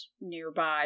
nearby